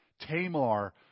Tamar